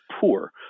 poor